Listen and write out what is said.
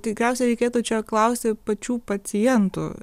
tikriausiai reikėtų čia klausti pačių pacientų